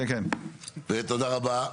תודה רבה.